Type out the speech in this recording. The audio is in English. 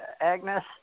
Agnes